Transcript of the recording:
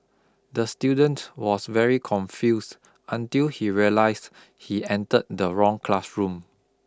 the student was very confused until he realised he entered the wrong classroom